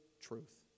truth